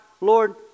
Lord